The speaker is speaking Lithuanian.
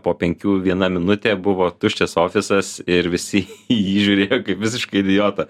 po penkių viena minutė buvo tuščias ofisas ir visi į jį žiūrėjo visiškai idiotą